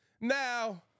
Now